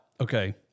Okay